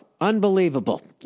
Unbelievable